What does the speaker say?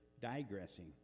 digressing